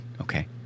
okay